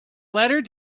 letter